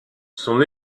son